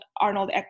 Arnold